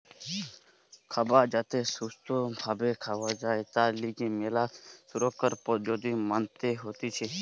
খাবার যাতে সুস্থ ভাবে খাওয়া যায় তার লিগে ম্যালা সুরক্ষার পদ্ধতি মানতে হতিছে